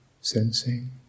sensing